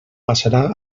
passarà